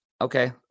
Okay